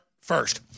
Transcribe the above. first